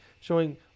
showing